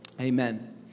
Amen